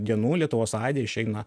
dienų lietuvos aide išeina